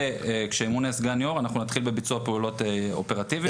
וכשיומנה סגן יו"ר יתחילו בביצוע פעולות אופרטיביות.